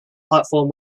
platform